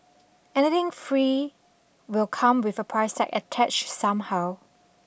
anything free will come with a price tag attached somehow